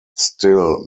still